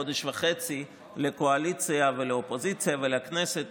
חודש וחצי לקואליציה ולאופוזיציה ולכנסת